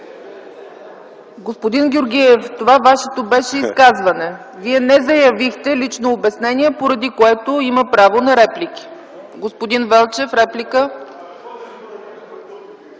Господин Георгиев, това беше изказване. Вие не заявихте лично обяснение, поради което има право на реплики. Заповядайте за реплика,